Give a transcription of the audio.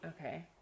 Okay